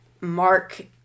Mark